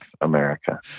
America